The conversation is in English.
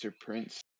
Prince